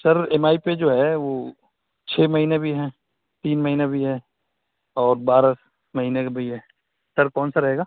سر EMI پہ جو ہے وہ چھ مہینے بھی ہیں تین مہینے بھی ہیں اور بارہ مہینے کا بھی ہے سر کون سا رہے گا